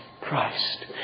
Christ